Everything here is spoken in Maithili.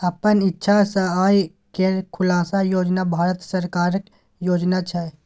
अपन इक्षा सँ आय केर खुलासा योजन भारत सरकारक योजना छै